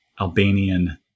Albanian